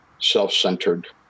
self-centered